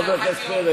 חבר הכנסת פרץ,